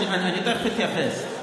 אני תכף אתייחס.